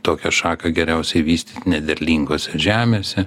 tokią šaką geriausiai vystyti nederlingose žemėse